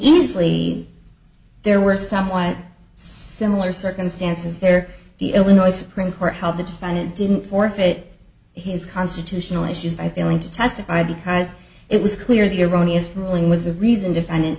easley there were somewhat similar circumstances there the illinois supreme court held that found it didn't forfeit his constitutional issues by failing to testify because it was clear the erroneous ruling was the reason defendant